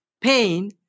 pain